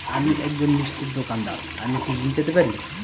আমি একজন মিষ্টির দোকাদার আমি কি ঋণ পেতে পারি?